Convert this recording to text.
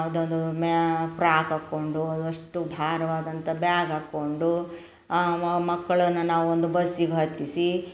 ಅದೊಂದು ಮ್ಯಾ ಪ್ರಾಕ್ ಹಾಕೊಂಡು ಅದು ಅಷ್ಟು ಭಾರವಾದಂಥ ಬ್ಯಾಗ್ ಹಾಕೊಂಡು ಮಕ್ಕಳನ್ನು ನಾವೊಂದು ಬಸ್ಸಿಗೆ ಹತ್ತಿಸಿ